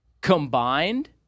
combined